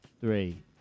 three